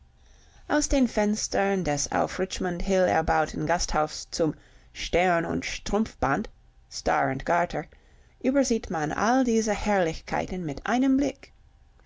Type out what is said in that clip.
aus den fenstern des auf richmond hill erbauten gasthofs zum stern und strumpfband star and garter übersieht man all diese herrlichkeiten mit einem blick